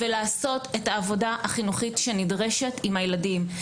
ולעשות את העבודה החינוכית שנדרשת עם הילדים.